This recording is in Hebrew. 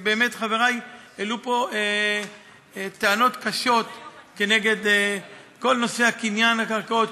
חברי העלו פה טענות קשות כנגד כל נושא קניין הקרקעות,